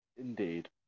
Indeed